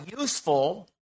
useful